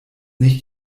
nicht